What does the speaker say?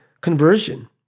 conversion